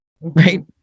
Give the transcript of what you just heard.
right